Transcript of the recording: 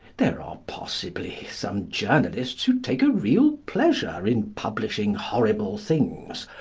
there are possibly some journalists who take a real pleasure in publishing horrible things,